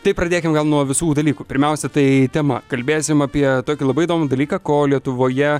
tai pradėkim gal nuo visų dalykų pirmiausia tai tema kalbėsim apie tokį labai įdomų dalyką ko lietuvoje